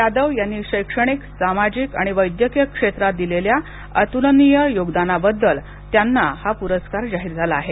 यादव यांनी शैक्षणिक सामाजिक आणि वैद्यकीय क्षेत्रात दिलेल्या अतुलनीय योगदानाबद्दल त्यांना हा पुरस्कार जाहीर झाला आहे